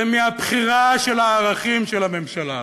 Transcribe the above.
היא מהבחירה של הערכים של הממשלה הזו.